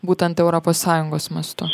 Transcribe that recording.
būtent europos sąjungos mastu